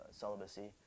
celibacy